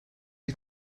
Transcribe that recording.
you